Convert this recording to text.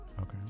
Okay